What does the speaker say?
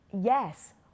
Yes